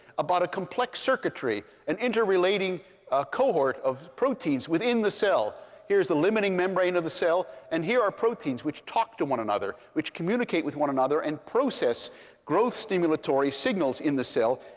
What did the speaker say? about a complex circuitry, an inter-relating cohort of proteins within the cell. here's the limiting membrane of the cell. and here are proteins which talk to one another, which communicate with one another and process growth stimulatory signals in the cell,